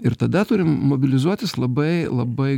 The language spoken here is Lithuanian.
ir tada turim mobilizuotis labai labai